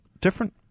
different